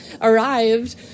arrived